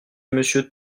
monsieur